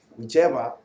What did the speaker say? Whichever